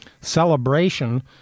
celebration